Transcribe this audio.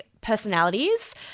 personalities